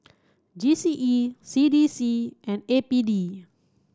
G C E C D C and A P D